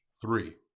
Three